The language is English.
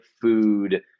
food